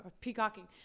peacocking